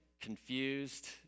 confused